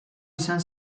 izan